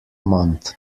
month